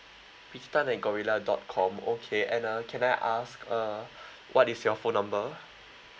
pete tan at gorilla dot com okay and uh can I ask uh what is your phone number